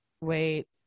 wait